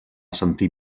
sentir